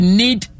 need